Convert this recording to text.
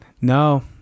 No